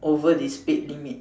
over this speed limit